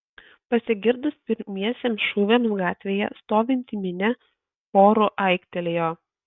pasigirdus pirmiesiems šūviams gatvėje stovinti minia choru aiktelėjo